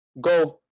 go